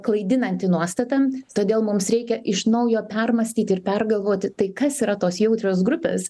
klaidinanti nuostata todėl mums reikia iš naujo permąstyti ir pergalvoti tai kas yra tos jautrios grupės